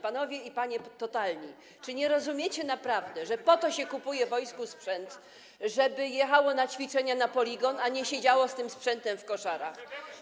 Panowie i panie totalni, czy naprawdę nie rozumiecie, że po to się kupuje wojsku sprzęt, żeby jechało na ćwiczenia na poligon, a nie siedziało z tym sprzętem w koszarach?